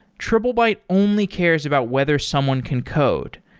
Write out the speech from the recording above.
triplebyte only cares about whether someone can code.